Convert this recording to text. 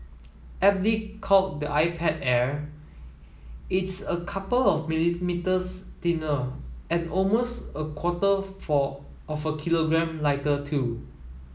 aptly called the iPad Air it's a couple of millimetres thinner and almost a quarter for of kilogram lighter too